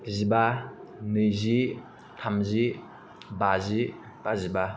जिबा नैजि थामजि बाजि बाजिबा